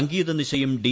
സംഗീതനിശയും D